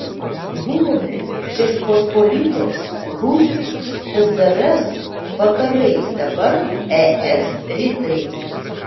buvome žečpospolitos rusijos tsrs vakarai dabar es rytai